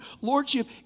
lordship